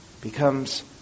becomes